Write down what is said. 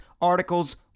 articles